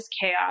chaos